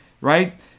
Right